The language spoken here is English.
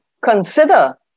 consider